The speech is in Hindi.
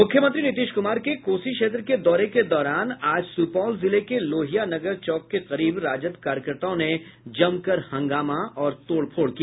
मुख्यमंत्री नीतीश कुमार के कोसी क्षेत्र के दौरे के दौरान आज सुपौल जिले के लोहिया नगर चौक के करीब राजद कार्यकर्ताओं ने जमकर हंगामा और तोड़फोड़ किया